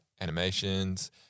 animations